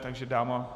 Takže dáma.